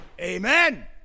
amen